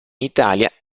italia